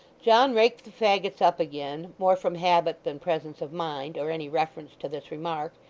john raked the faggots up again, more from habit than presence of mind, or any reference to this remark,